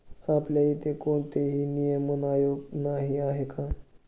आपल्या इथे कोणतेही नियमन आयोग नाही आहे का?